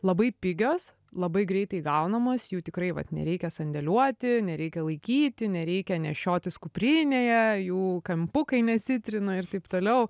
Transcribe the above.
labai pigios labai greitai gaunamos jų tikrai vat nereikia sandėliuoti nereikia laikyti nereikia nešiotis kuprinėje jų kampukai nesitrina ir taip toliau